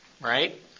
right